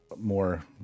more